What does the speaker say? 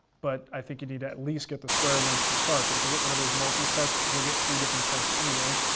but i think you need to at least get the square ones to start, but if you get one of those multi-sets you'll get three different types anyway.